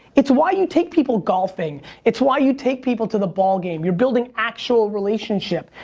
it's why you take people golfing. it's why you take people to the ball game. you're building actual relationship.